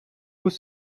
vous